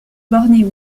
bornéo